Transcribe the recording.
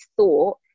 thought